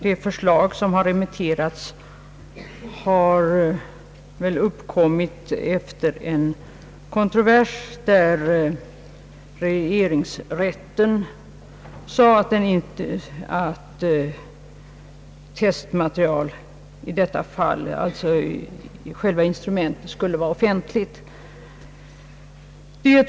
Det förslag som har remitterats har väl uppkommit efter en kontrovers, där regeringsrätten sagt att testmaterialet — i detta fall alltså själva instrumentet — skall vara offentligt.